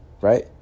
right